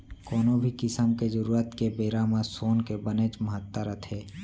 कोनो भी किसम के जरूरत के बेरा म सोन के बनेच महत्ता रथे